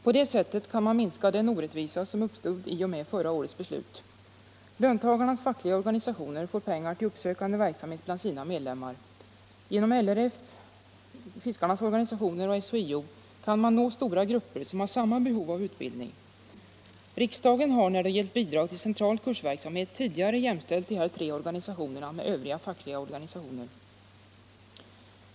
På det sättet kan man minska den orättvisa som uppstod i och med förra årets beslut. Löntagarnas fackliga organisationer får pengar till uppsökande verksamhet bland sina medlemmar. Genom LRF, Sveriges fiskares riksförbund och SHIO kan man nå stora grupper som har samma behov av utbildning. Riksdagen har när det gällt bidrag till central kursverksamhet tidigare jämställt de här tre organisationerna med övriga fackliga organisationer.